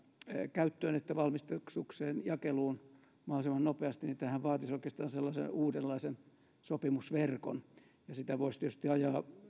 käyttöön että valmistukseen jakeluun mahdollisimman nopeasti tämähän vaatisi oikeastaan sellaisen uudenlaisen sopimusverkon ja sitä voisi tietysti ajaa